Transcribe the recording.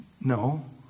no